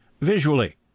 visually